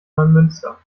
neumünster